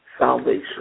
salvation